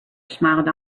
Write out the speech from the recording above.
smiled